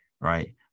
right